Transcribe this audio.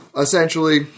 essentially